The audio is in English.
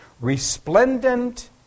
resplendent